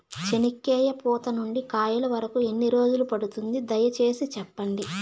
చెనక్కాయ పూత నుండి కాయల వరకు ఎన్ని రోజులు పడుతుంది? దయ సేసి చెప్పండి?